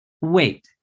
wait